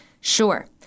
Sure